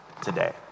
today